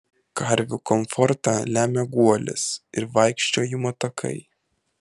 karvių komfortą lemia guolis ir vaikščiojimo takai